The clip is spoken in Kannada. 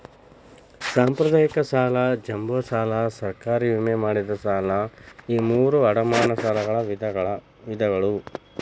ಸಾಂಪ್ರದಾಯಿಕ ಸಾಲ ಜಂಬೋ ಸಾಲ ಸರ್ಕಾರಿ ವಿಮೆ ಮಾಡಿದ ಸಾಲ ಈ ಮೂರೂ ಅಡಮಾನ ಸಾಲಗಳ ವಿಧಗಳ